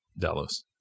Dallas